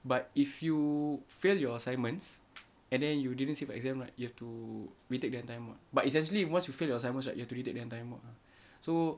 but if you fail your assignments and then you didn't sit for exam right you have to retake the entire mod but it's actually once you fail your assignments right you have to retake the entire mod ah so